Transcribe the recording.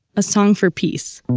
a song for peace